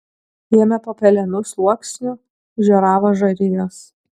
jame po pelenų sluoksniu žioravo žarijos